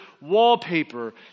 wallpaper